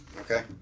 Okay